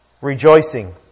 Rejoicing